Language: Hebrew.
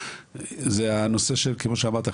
זה הנושא של כמו שאמרת,